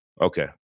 Okay